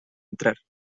entrar